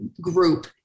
group